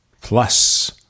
Plus